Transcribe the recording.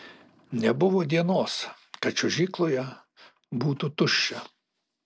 nebuvo dienos kad čiuožykloje būtų tuščia